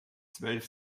zwölf